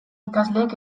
ikasleak